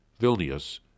Vilnius